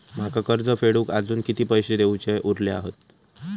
माका कर्ज फेडूक आजुन किती पैशे देऊचे उरले हत?